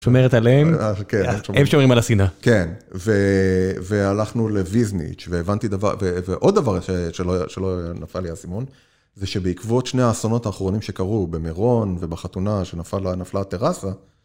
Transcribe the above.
שומרת עליהם, הם שומרים על השינאה. כן, והלכנו לוויזניץ' והבנתי דבר, ועוד דבר שלא נפל לי האסימון, זה שבעקבות שני האסונות האחרונים שקרו, במירון ובחתונה, שנפלה הטרסה